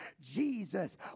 Jesus